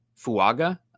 FUAGA